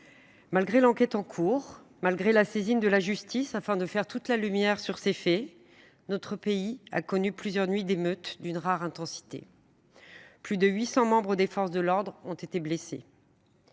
Malgré l’enquête en cours, malgré la saisine de la justice afin de faire toute la lumière sur les faits, notre pays a connu plusieurs nuits d’émeutes d’une rare intensité. Plus de 800 membres des forces de l’ordre ont été blessés.